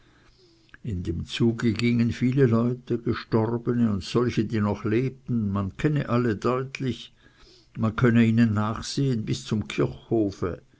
in dem zuge gingen viele leute gestorbene und solche die noch lebten man kenne alle deutlich man könne ihnen nachsehen bis zum kirchhofe